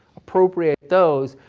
appropriate those,